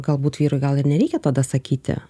galbūt vyrui gal ir nereikia tada sakyti